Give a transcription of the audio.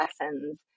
lessons